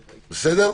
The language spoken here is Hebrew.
בסדר?